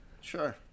Sure